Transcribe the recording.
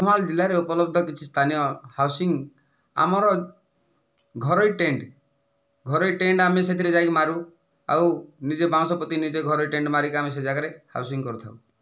କନ୍ଧମାଳ ଜିଲ୍ଲାରେ ଉପଲବ୍ଧ କିଛି ସ୍ଥାନୀୟ ହାଉସିଙ୍ଗ ଆମର ଘରୋଇ ଟେଣ୍ଟ ଘରୋଇ ଟେଣ୍ଟ ଆମେ ସେଥିରେ ଯାଇ ମାରୁ ଆଉ ନିଜେ ବାଉଁଶ ପୋତି ନିଜେ ଘରୋଇ ଟେଣ୍ଟ ମାରି ସେ ଜାଗାରେ ହାଉସିଙ୍ଗ କରିଥାଉ